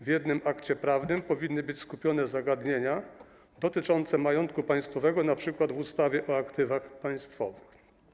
W jednym akcie prawnym powinny być skupione zagadnienia dotyczące majątku państwowego, np. w ustawie o aktywach państwowych.